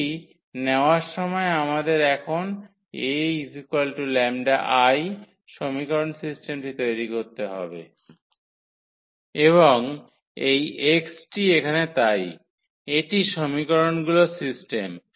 এটি নেওয়ার সময় আমাদের এখন 𝐴 𝜆𝐼 সমীকরণ সিস্টেমটি তৈরি করতে হবে এবং এই 𝑥 টি এখানে তাই এটি সমীকরণগুলোর সিস্টেম